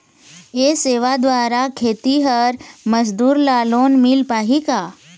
ये सेवा द्वारा खेतीहर मजदूर ला लोन मिल पाही का?